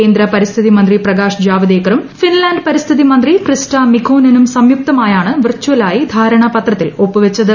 കേന്ദ്ര പരിസ്ഥിതി മന്ത്രി പ്രകൃശ്ശ് ജാവദേക്കറും ഫിൻലാൻഡ് പരിസ്ഥിതി മന്ത്രി ക്രിസ്റ്റ മിക്കോനെനും സംയുക്തമായാണ് വിർച്ചൽ ആയി ധാരണാപ്പത്രത്തിൽ ഒപ്പുവച്ചത്